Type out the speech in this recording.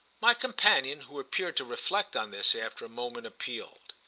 my companion, who appeared to reflect on this, after a moment appealed.